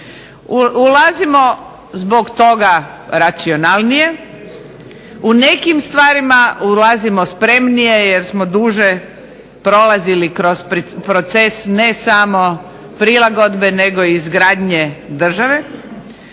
Ulazimo zbog toga racionalnije, u nekim stvarima ulazimo spremnije jer smo duže prolazili kroz proces ne samo prilagodbe nego i izgradnje države.